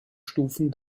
stufen